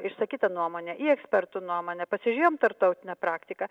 išsakytą nuomonę į ekspertų nuomonę pasižiūrėjom tarptautinę praktiką